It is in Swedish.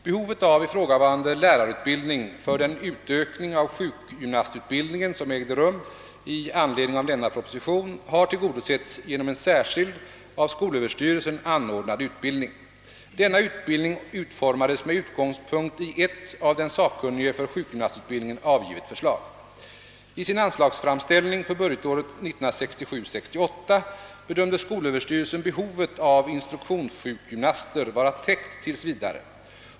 Behovet av ifrågavarande lärarkategori för den utökning av sjukgymnastutbildningen, som ägde rum i anledning av nämnda proposition, har tillgodosetts genom en särskild, av skolöverstyrelsen anordnad = utbildning. Denna utbildning utformades med utgångspunkt i ett av den sakkunnige för sjukgymnastutbildningen avgivet förslag. I sin anslagsframställning för budgetåret 1967/68 bedömde skolöverstyrelsen behovet av instruktionssjukgymnaster vara täckt tills vidare.